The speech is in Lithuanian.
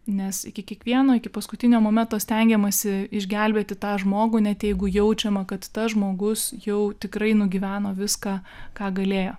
nes iki kiekvieno iki paskutinio momento stengiamasi išgelbėti tą žmogų net jeigu jaučiama kad tas žmogus jau tikrai nugyveno viską ką galėjo